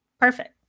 perfect